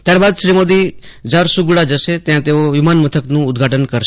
ત્યારબાદ થ્રી મોદી ઝારસુગુડા જશે ત્યાં તેઓ વિમાન મથકનું ઉદ્દધાટન કરશે